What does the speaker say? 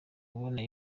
kubona